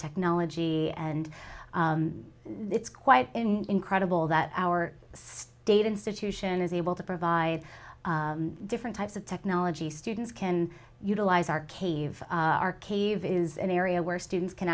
technology and it's quite incredible that our state institution is able to provide different types of technology students can utilize our cave our cave is an area where students can